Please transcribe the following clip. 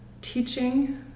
teaching